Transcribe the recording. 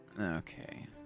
Okay